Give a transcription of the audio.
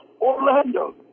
Orlando